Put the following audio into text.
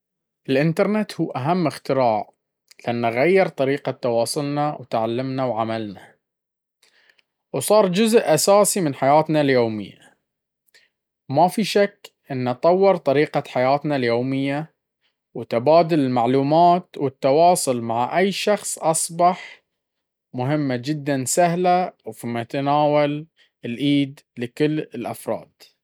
الإنترنت هو أهم اختراع لأنه غيّر طريقة تواصلنا وتعلمنا وعملنا، وصار جزء أساسي من حياتنا اليومية, وما في شك انه طور طريقة حياتنا اليومية وتبادل المعلومات و التواصل معى اي شخص اصبح جدا سهل وفي متناول اليد لكل الأفراد